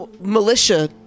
militia